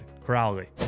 Crowley